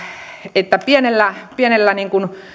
että pienellä pienellä